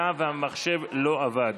שהמכשירים שלהם לא עובדים.